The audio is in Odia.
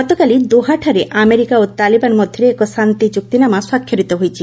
ଗତକାଲି ଦୋହାଠାରେ ଆମେରିକା ଓ ତାଲିବାନ ମଧ୍ୟରେ ଏକ ଶାନ୍ତି ଚୂକ୍ତିନାମା ସ୍ୱାକ୍ଷରିତ ହୋଇଛି